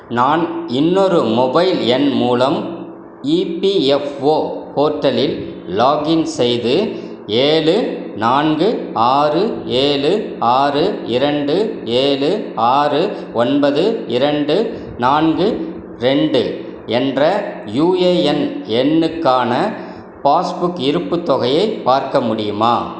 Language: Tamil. நான் இன்னொரு மொபைல் எண் மூலம் இபிஎஃப்ஓ போர்ட்டலில் லாகின் செய்து ஏழு நான்கு ஆறு ஏழு ஆறு இரண்டு ஏழு ஆறு ஒன்பது இரண்டு நான்கு ரெண்டு என்ற யூஏஎன் எண்ணுக்கான பாஸ்புக் இருப்புத் தொகையை பார்க்க முடியுமா